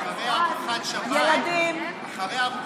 אבל אחרי ארוחת שבת זו לא כוס, זו ערמה של כלים.